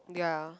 ya